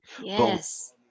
Yes